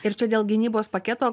ir čia dėl gynybos paketo